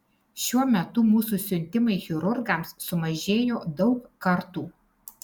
šiuo metu mūsų siuntimai chirurgams sumažėjo daug kartų